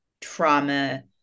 trauma